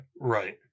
Right